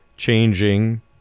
changing